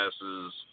passes